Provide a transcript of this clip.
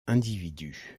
individus